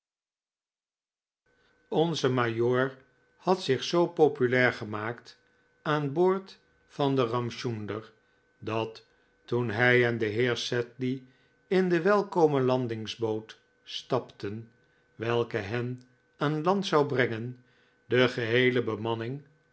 nze majoor had zich zoo populair gemaakt aan boord van den ramchunder dat p y v f toen hij en de heer sedley in de welkome landingsboot stapten welke hen aan p ft i p land zou brengen de geheele bemanning